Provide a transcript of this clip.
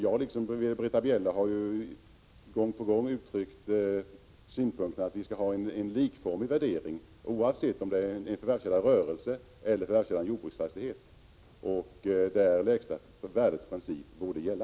Jag liksom Britta Bjelle har ju gång på gång uttryckt synpunkten att vi skall ha en likformig värdering, oavsett om det är fråga om förvärvskällan rörelse eller förvärvskällan jordbruksfastighet. Lägsta värde-principen borde gälla.